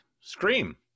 Scream